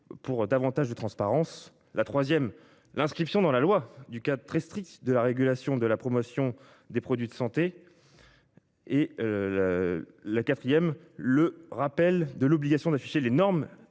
pour davantage de transparence ; l'inscription dans la loi d'un cadre très strict régulant la promotion des produits de santé ; enfin, le rappel de l'obligation d'afficher les normes